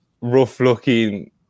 rough-looking